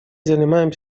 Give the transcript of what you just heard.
занимаем